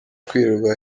kwirirwa